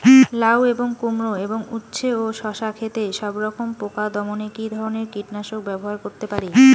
লাউ এবং কুমড়ো এবং উচ্ছে ও শসা ক্ষেতে সবরকম পোকা দমনে কী ধরনের কীটনাশক ব্যবহার করতে পারি?